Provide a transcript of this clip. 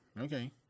okay